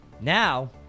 Now